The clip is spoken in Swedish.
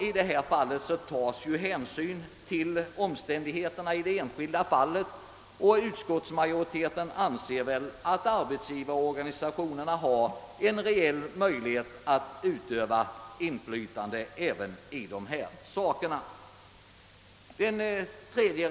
I sådana ärenden tas hänsyn till omständigheterna i det enskilda fallet, och utskottsmajoriteten anser att arbetsgivarorganisationerna har en reell möjlighet att utöva inflytande i dessa frågor.